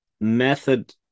method